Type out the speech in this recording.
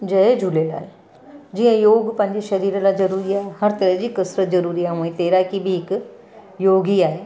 जय झूलेलाल जीअं योग पंहिंजे शरीर लाइ ज़रूरी आहे हर तरह जी कसरत ज़रूरी आहे हूअं ई तैराकी बि हिकु योग ई आहे